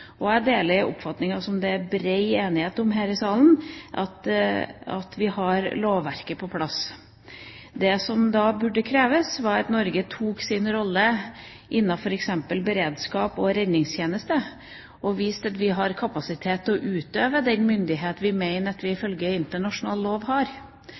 Jeg deler den oppfatningen, som det er bred enighet om her i salen, at vi har lovverket på plass. Det som burde kreves, er at Norge påtar seg sin rolle innen f.eks. beredskaps- og redningstjeneste og viser til at vi har kapasitet til å utøve den myndighet vi, ifølge internasjonal lov, har.